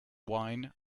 wine